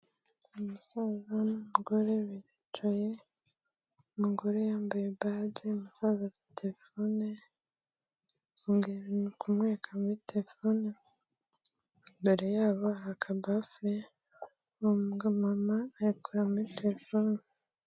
Umusaza n'umugore bicaye umugore yambaye baji umusaza telefone arikumwereka muri telefone imbere yabo hakaba falenga mama arekora muri telefone.